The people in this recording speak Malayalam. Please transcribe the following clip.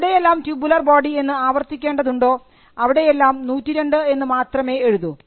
എവിടെയെല്ലാം ടൂബുലർ ബോഡി എന്ന് ആവർത്തിക്കേണ്ടതുണ്ടോ അവിടെയെല്ലാം 102 എന്ന് മാത്രമേ എഴുതൂ